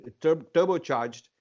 turbocharged